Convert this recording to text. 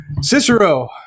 Cicero